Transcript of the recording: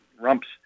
rumps